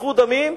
שפיכות דמים,